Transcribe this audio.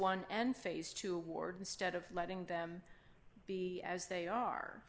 one and phase two ward instead of letting them be as they are